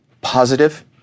positive